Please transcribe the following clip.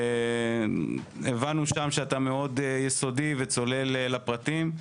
הבנו גם שאתה מאוד יסודי וצולל לפרטים.